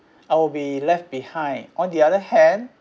I will be left behinds on the other hand